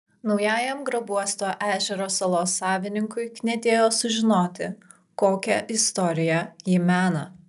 naujajam grabuosto ežero salos savininkui knietėjo sužinoti kokią istoriją ji mena